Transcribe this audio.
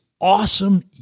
awesome